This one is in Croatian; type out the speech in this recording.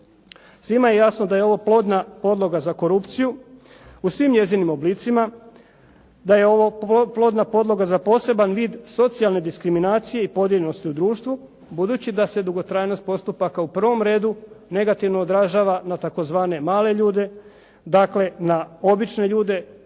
Svima je jasno da je ovo plodna podloga za korupciju u svim njezinim oblicima, da je ovo plodna podloga za poseban vid socijalne diskriminacije i podijeljenosti u društvu budući da se dugotrajnost postupaka u prvom redu negativno odražava na tzv. male ljude. Dakle, na obične ljude